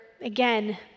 again